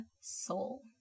soul